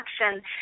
action